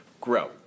grow